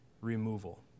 removal